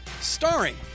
starring